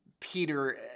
Peter